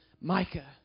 Micah